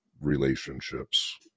relationships